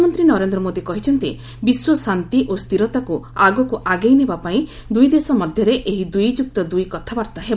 ପ୍ରଧାନମନ୍ତ୍ରୀ ନରେନ୍ଦ୍ର ମୋଦି କହିଛନ୍ତି ବିଶ୍ୱଶାନ୍ତି ଓ ସ୍ଥିରତାକୁ ଆଗକୁ ଆଗେଇ ନେବାପାଇଁ ଦୁଇ ଦେଶ ମଧ୍ୟରେ ଏହି ଦୁଇ ଯୁକ୍ତ ଦୁଇ କଥାବାର୍ତ୍ତା ହେବ